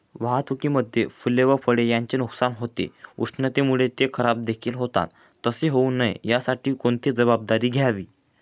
वाहतुकीमध्ये फूले व फळे यांचे नुकसान होते, उष्णतेमुळे ते खराबदेखील होतात तसे होऊ नये यासाठी कोणती खबरदारी घ्यावी?